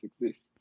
exists